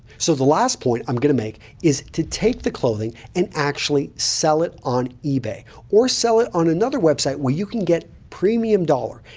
so the last point i'm going to make is to take the clothing and actually sell it on ebay or sell it on another website where you can get premium dollar,